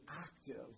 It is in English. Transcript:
active